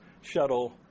shuttle